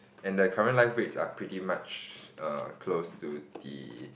and the current live rates are pretty much close to the